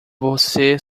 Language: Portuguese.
você